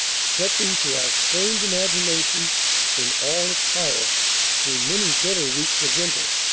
stretching to our strained imagination in all its horror through many bitter weeks of winter.